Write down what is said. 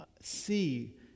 see